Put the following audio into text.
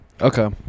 Okay